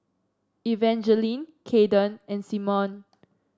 Evangeline Kaden and Simone